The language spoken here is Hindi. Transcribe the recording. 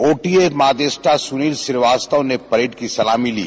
ओटीए मादेष्टा सुनील श्रीवास्तव ने परेड की सलामी ली